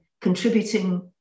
contributing